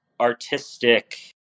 artistic